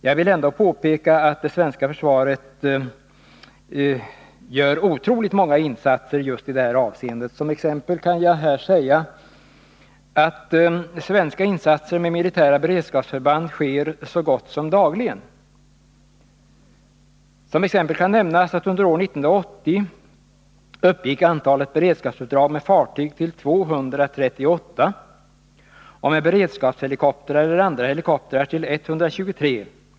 Jag vill påpeka att det svenska försvaret ändå gör otroligt många insatser just i det här avseendet. Svenska insatser med militära beredskapsförband sker så gott som dagligen. Jag kan som exempel nämna att antalet beredskapsuppdrag under år 1980 med fartyg uppgick till 238 och med beredskapshelikoptrar eller andra helikoptrar till 123.